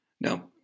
Now